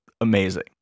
amazing